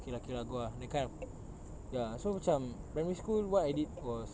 okay okay lah go ah that kind of ya so macam primary school what I did was